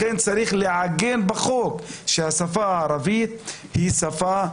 לכן צריך לעגן בחוק שהשפה הערבית היא שפה רשמית.